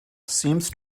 seems